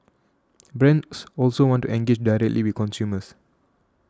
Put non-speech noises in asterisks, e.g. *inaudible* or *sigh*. brands also want to engage directly *unintelligible* consumers